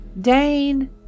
Dane